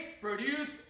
produced